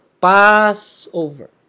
Passover